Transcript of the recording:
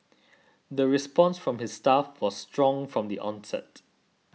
the response from his staff was strong from the onset